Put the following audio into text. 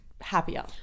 happier